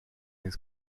his